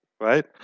right